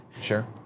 Sure